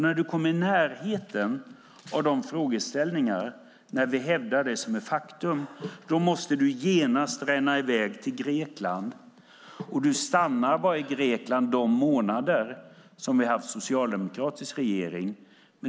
När du kommer i närheten av de frågeställningar där vi hävdar detta som ett faktum måste du genast ränna i väg till Grekland, men du stannar bara i Grekland de månader som de har haft en socialdemokratisk regering.